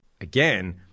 again